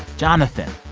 jonathan,